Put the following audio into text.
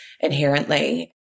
inherently